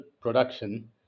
production